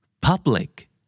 Public